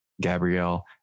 Gabrielle